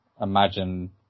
imagine